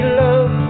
love